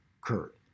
Kurt